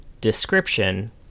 description